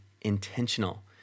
intentional